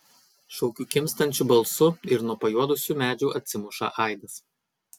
šaukiu kimstančiu balsu ir nuo pajuodusių medžių atsimuša aidas